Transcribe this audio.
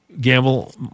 gamble